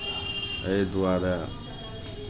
एहि दुआरे